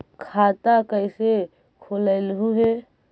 खाता कैसे खोलैलहू हे?